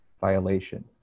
violation